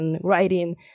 writing